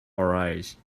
arise